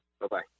Bye-bye